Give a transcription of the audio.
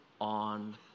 on